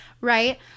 right